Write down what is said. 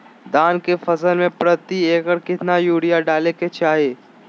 धान के फसल में प्रति एकड़ कितना यूरिया डाले के चाहि?